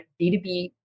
B2B